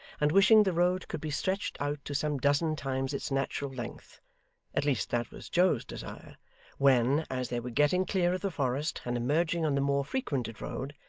and wishing the road could be stretched out to some dozen times its natural length at least that was joe's desire when, as they were getting clear of the forest and emerging on the more frequented road,